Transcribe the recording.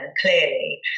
clearly